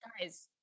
guys